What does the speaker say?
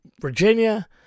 Virginia